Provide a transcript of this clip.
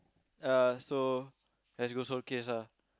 uh so let's go Solecase ah